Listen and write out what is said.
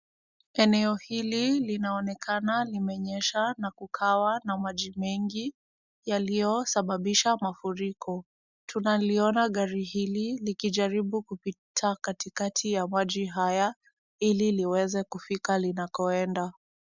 Eneo hili linaonekana limenyesha na kukawa na maji mengi yaliosababisha mafuriko. Tunaliona gari hili likijaribu kupita katikati ya maji haya ili liweze kufika linakoenda.